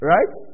Right